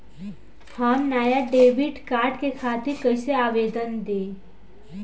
हम नया debit card के खातिर कइसे आवेदन दीं?